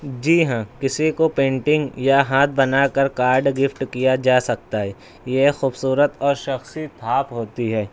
جی ہاں کسی کو پینٹنگ یا ہاتھ بنا کر کارڈ گفٹ کیا جا سکتا ہے یہ ایک خوبصورت اور شخصی تھاپ ہوتی ہے